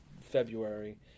February